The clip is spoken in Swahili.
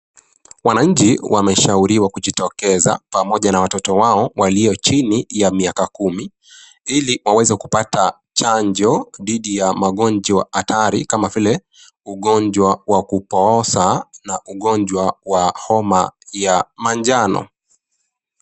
Wanaanchi wameshauriwa waweze kujitokeza pamoja na watoto wao walio chini ya miaka kumi ili waweze kupata chanjo dhidi ya magonjwa hatari kama vile ugonjwa wa kupooza na ugonjwa wa Homa ya manjano.